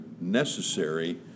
necessary